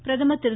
பிரதமர் திரு